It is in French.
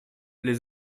les